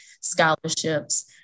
scholarships